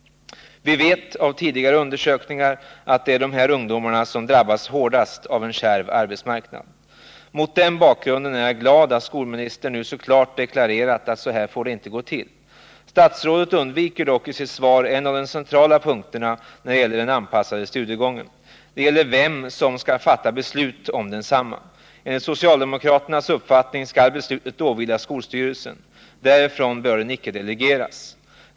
Vi vet av tidigare undersökningar att det är de här ungdomarna som drabbas hårdast av en kärv arbetsmarknad. Mot den bakgrunden är jag glad över att skolministern nu så klart har deklarerat att det inte får gå till så här. Statsrådet undviker dock i sitt svar en av de centrala punkterna när det gäller den anpassade studiegången, nämligen frågan om vem som skall fatta beslut om densamma. Enligt socialdemokraternas uppfattning skall beslutet åvila skolstyrelsen. Därifrån bör det inte delegeras.